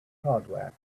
hardware